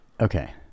Okay